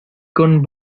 con